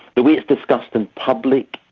the way it's discussed in public,